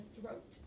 throat